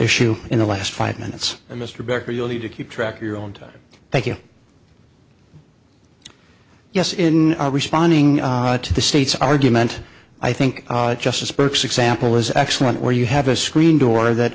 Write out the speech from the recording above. issue in the last five minutes mr becker you'll need to keep track of your own time thank you yes in responding to the state's argument i think justice burke's example is excellent where you have a screen door that